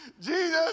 Jesus